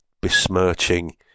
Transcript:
besmirching